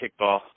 kickball